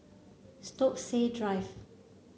Stokesay Drive